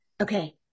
Okay